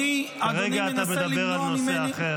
אדוני מנסה למנוע ממני --- כרגע אתה מדבר על נושא אחר.